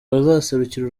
bazaserukira